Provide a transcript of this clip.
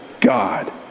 God